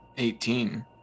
Eighteen